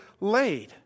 laid